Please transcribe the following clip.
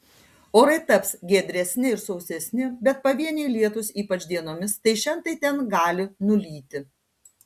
orai taps giedresni ir sausesni bet pavieniai lietūs ypač dienomis tai šen tai ten gali nulyti